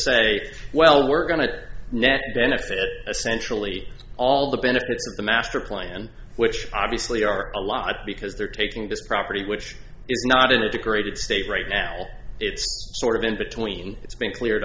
say well we're going to net benefit essentially all the benefits of the master plan which obviously are a lot because they're taking this property which is not in a degraded state right now it's sort of in between it's been cleared